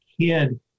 kid